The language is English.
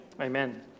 Amen